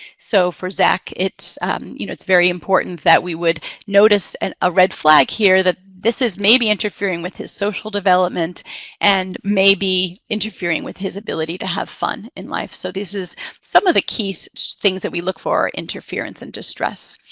so for zack, it's you know it's very important that we would notice and a red flag here, that this is maybe interfering with his social development and maybe interfering with his ability to have fun in life. so this is some of the key so things that we look for, interference and distress.